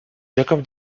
jacob